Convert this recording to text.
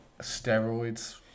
steroids